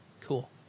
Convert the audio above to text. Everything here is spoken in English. cool